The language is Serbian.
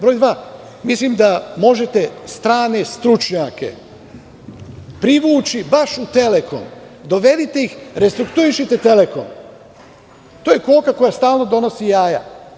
Broj dva, mislim da možete strane stručnjake privući baš u Telekom, dovedite ih restruktuišite Telekom, to je koka koja stalno donosi jaja.